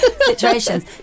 situations